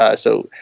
ah so,